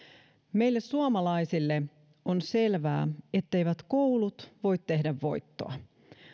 meille suomalaisille on selvää etteivät koulut voi tehdä voittoa